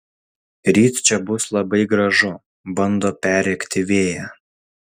ryt čia bus labai gražu bando perrėkti vėją